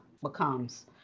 becomes